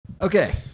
Okay